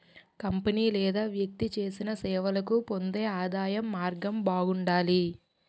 company లేదా వ్యక్తి చేసిన సేవలకు పొందే ఆదాయం మార్గం బాగుండాలి